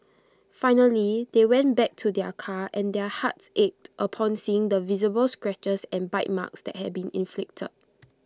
finally they went back to their car and their hearts ached upon seeing the visible scratches and bite marks that had been inflicted